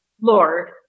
Lord